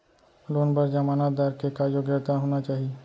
Loan बर जमानतदार के का योग्यता होना चाही?